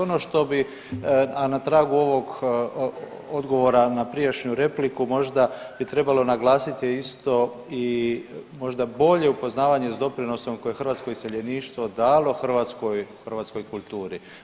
Ono što bih, a na tragu ovog odgovora na prijašnju repliku možda bi trebalo naglasiti isto i možda bolje upoznavanje sa doprinosom koje je hrvatsko iseljeništvo dalo hrvatskoj kulturi.